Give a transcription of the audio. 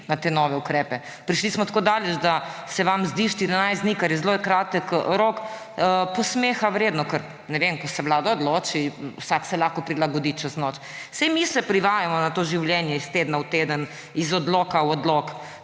na te nove ukrepe. Prišli smo tako daleč, da se vam zdi 14 dni, kar je zelo kratek rok, posmeha vredno. Ker ne vem, ko se vlada odloči, se lahko vsak prilagodi čez noč. Saj mi se privajamo na to življenje iz tedna v teden, iz odloka v odlok.